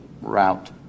route